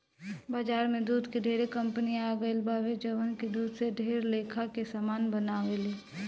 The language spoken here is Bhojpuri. बाजार में दूध के ढेरे कंपनी आ गईल बावे जवन की दूध से ढेर लेखा के सामान बनावेले